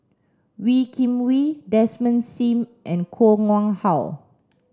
Wee Kim Wee Desmond Sim and Koh Nguang How